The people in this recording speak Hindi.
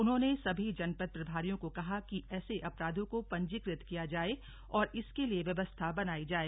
उन्होंने सभी जनपद प्रभारियों को कहा कि ऐसे अपराधों को पंजीकृत किया जाए और इसके लिए व्यवस्था बनाई जाए